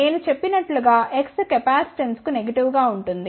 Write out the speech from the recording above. నేను చెప్పినట్లుగా X capacitance కు నెగటివ్ గా ఉంటుంది